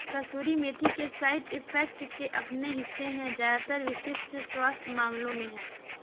कसूरी मेथी के side effects के अपने हिस्से है ज्यादातर विशिष्ट स्वास्थ्य मामलों में है